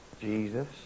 Jesus